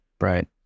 Right